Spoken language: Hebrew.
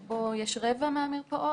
שבו יש רבע מהמרפאות.